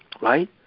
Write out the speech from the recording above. right